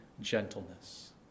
gentleness